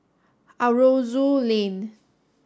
Aroozoo Lane